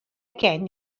gen